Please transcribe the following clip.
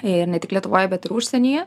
ir ne tik lietuvoj bet ir užsienyje